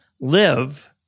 live